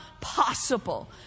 possible